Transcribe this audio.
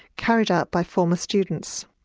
carried out by former students.